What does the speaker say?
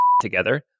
together